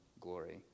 glory